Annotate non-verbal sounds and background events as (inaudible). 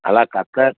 ಅಲ್ಲ (unintelligible)